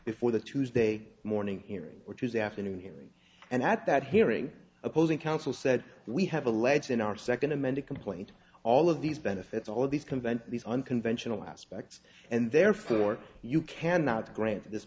before the tuesday morning hearing or tuesday afternoon hearing and at that hearing opposing counsel said we have alleged in our second amended complaint all of these benefits all these conventions these unconventional aspects and therefore you cannot grant this